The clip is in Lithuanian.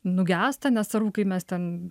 nugęsta nesvarbu kai mes ten